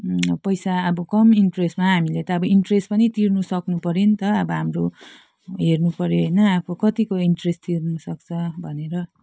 पैसा अब कम इन्ट्रेस्टमा हामीले त अब इन्ट्रेस्ट पनि तिर्न सक्नुपर्यो नि त अब हाम्रो हेर्नुपर्यो होइन अब कत्तिको इन्ट्रेस्ट तिर्नसक्छ भनेर